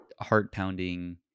heart-pounding